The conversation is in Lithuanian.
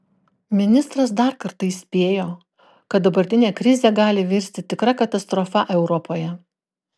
ministras dar kartą įspėjo kad dabartinė krizė gali virsti tikra katastrofa europoje